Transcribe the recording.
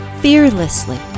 fearlessly